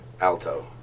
Alto